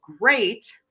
great